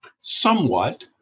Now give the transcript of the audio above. Somewhat